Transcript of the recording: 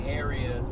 area